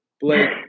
Blake